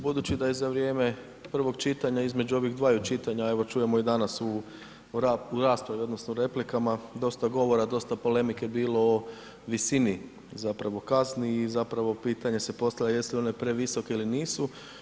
Budući da je za vrijeme prvog čitanja između ovih dvaju čitanja a evo čujemo i danas u raspravi, odnosno replikama dosta govora, dosta polemike bilo o visini, zapravo kazni i zapravo pitanje se postavlja jesu li one previsoke ili nisu.